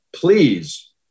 please